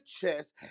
chest